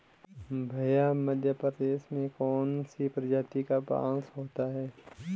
भैया मध्य प्रदेश में कौन सी प्रजाति का बांस होता है?